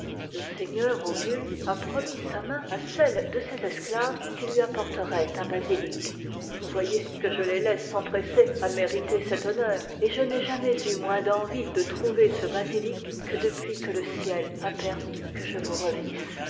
le seigneur ogul a promis sa main à celle de ses esclaves qui lui apporterait un basilic vous voyez que je les laisse s'empresser à mériter cet honneur et je n'ai jamais eu moins d'envie de trouver ce basilic que depuis que le ciel a permis que je vous revisse